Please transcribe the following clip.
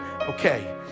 okay